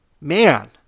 man